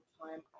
time